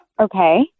okay